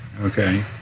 Okay